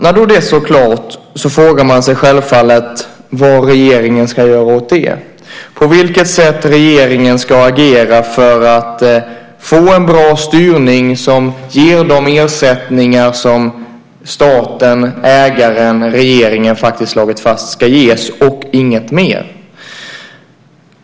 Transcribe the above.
När det då är så klart frågar man sig självfallet vad regeringen ska göra åt det och på vilket sätt regeringen ska agera för att få en bra styrning som ger de ersättningar som staten - ägaren, regeringen - faktiskt slagit fast ska ges och inget mer.